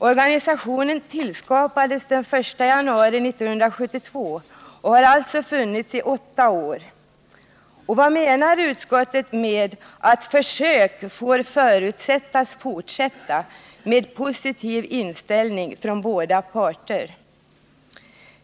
Organisationen tillskapades den 1 januari 1972 och har alltså funnits i åtta år. Och vad menar utskottet med att försök får ”förutsättas fortsätta — med en positiv inställning från båda parter”?